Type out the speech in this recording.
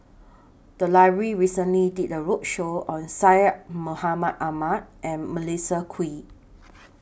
The Library recently did A roadshow on Syed Mohamed Ahmed and Melissa Kwee